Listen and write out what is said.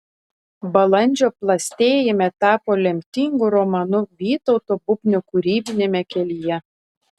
balandžio plastėjime tapo lemtingu romanu vytauto bubnio kūrybiniame kelyje